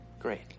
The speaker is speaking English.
Great